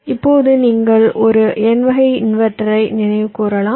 இப்போது நீங்கள் ஒரு n வகை இன்வெர்ட்டரை நினைவுகூறலாம்